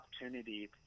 opportunity